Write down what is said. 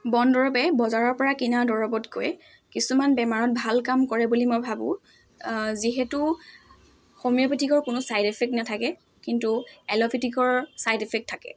বন দৰৱে বজাৰৰ পৰা কিনা দৰৱতকৈ কিছুমান বেমাৰত ভাল কাম কৰে বুলি মই ভাবোঁ যিহেতু হোমিঅ'পেথিকৰ কোনো ছাইড ইফেক্ট নাথাকে কিন্তু এল'পেথিকৰ ছাইড ইফেক্ট থাকে